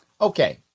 Okay